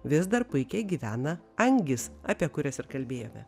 vis dar puikiai gyvena angys apie kurias ir kalbėjome